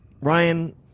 Ryan